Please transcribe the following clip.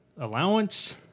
allowance